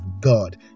God